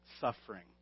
suffering